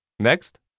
Next